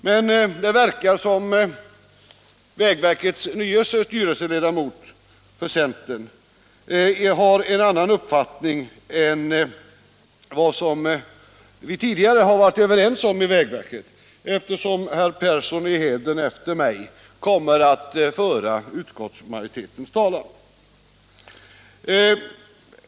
Men det verkar som om vägverkets nya styrelseledamot för centern har en annan uppfattning än den vi tidigare har varit överens om i vägverket, eftersom herr Persson i Heden efter mig kommer att föra utskottsmajoritetens talan.